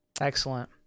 Excellent